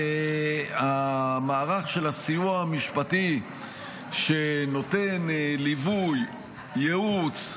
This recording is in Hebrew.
המערך של הסיוע המשפטי שנותן ליווי, ייעוץ,